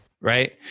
right